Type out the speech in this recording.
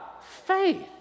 faith